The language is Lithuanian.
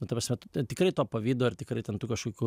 nu ta prasme tikrai to pavydo ir tikrai ten tų kažkokių